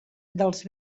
dels